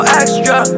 extra